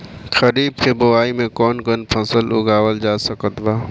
खरीब के बोआई मे कौन कौन फसल उगावाल जा सकत बा?